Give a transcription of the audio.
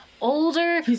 Older